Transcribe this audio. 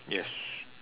yes